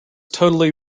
totally